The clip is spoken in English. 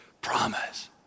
promise